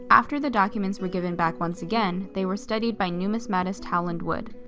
after the documents were given back once again, they were studied by numismatist helen wood,